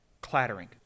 clattering